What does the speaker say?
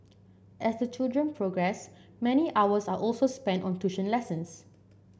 as the children progress many hours are also spent on tuition lessons